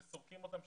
שסורקים אותם,